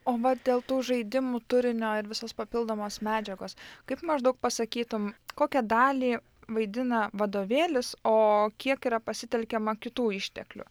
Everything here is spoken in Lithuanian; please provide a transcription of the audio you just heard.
o va dėl tų žaidimų turinio ir visos papildomos medžiagos kaip maždaug pasakytum kokią dalį vaidina vadovėlis o kiek yra pasitelkiama kitų išteklių